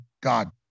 God